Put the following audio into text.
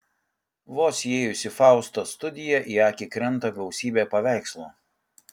vos įėjus į faustos studiją į akį krenta gausybė paveikslų